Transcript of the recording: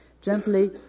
Gently